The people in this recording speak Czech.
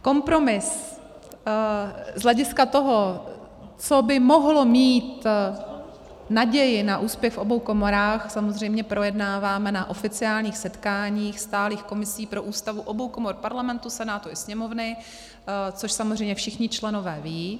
Kompromis z hlediska toho, co by mohlo mít naději na úspěch v obou komorách, samozřejmě projednáváme na oficiálních setkáních stálých komisí pro Ústavu obou komor Parlamentu, Senátu i Sněmovny, což samozřejmě všichni členové vědí.